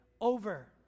over